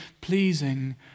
pleasing